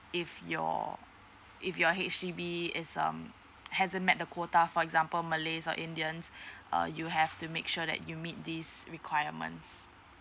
if your if your H_D_B is um hasn't met the quota for example malays or indians uh you have to make sure that you meet these requirements